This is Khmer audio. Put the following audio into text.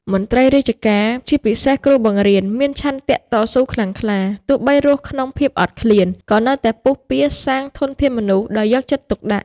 មន្ត្រីរាជការ ជាពិសេសគ្រូបង្រៀន មានឆន្ទៈតស៊ូខ្លាំងក្លា ទោះបីរស់ក្នុងភាពអត់ឃ្លាន ក៏នៅតែពុះពារសាងធនធានមនុស្សដោយយកចិត្តទុកដាក់។